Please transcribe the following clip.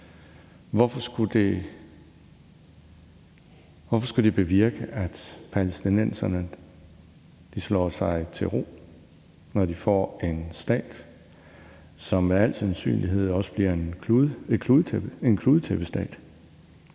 Hvorfor skulle det bevirke, at palæstinenserne slår sig til ro, når de får en stat, som med al sandsynlighed også bliver en kludetæppestat,